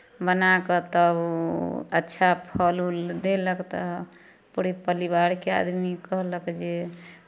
बना कऽ तब ओ अच्छा फल उल देलक तऽ पूरे पलिवारके आदमी कहलक जे